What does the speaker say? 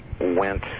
went